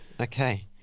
okay